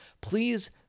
please